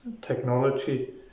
technology